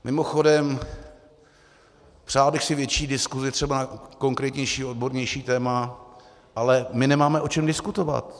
Mimochodem, přál bych si větší diskusi, třeba konkrétnější, odbornější téma, ale my nemáme o čem diskutovat.